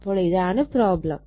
അപ്പോൾ ഇതാണ് പ്രോബ്ലം